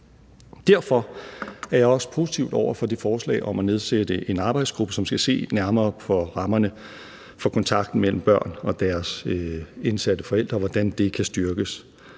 Derfor er jeg også positiv over for det forslag om at nedsætte en arbejdsgruppe, som skal se nærmere på rammerne for kontakten mellem børn og deres indsatte forældre, og hvordan de kan styrkes.